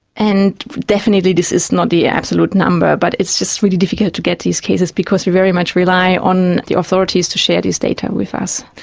and definitely this is not the absolute number but it's just really difficult to get to these cases because we very much rely on the authorities to share this data with us.